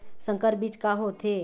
संकर बीज का होथे?